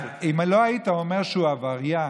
אם לא היית אומר שהוא עבריין,